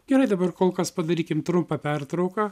gerai dabar kol kas padarykim trumpą pertrauką